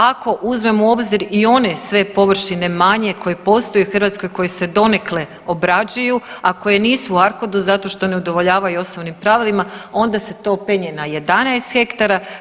Ako uzmemo u obzir one sve površine manje koje postoje u Hrvatskoj, koje se donekle obrađuju, a koje nisu u ARKODU zato što ne udovoljavaju osnovnim pravilima onda se to penje na 11 hektara.